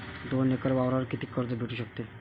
दोन एकर वावरावर कितीक कर्ज भेटू शकते?